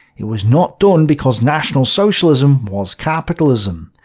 it was not done because national socialism was capitalism.